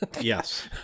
Yes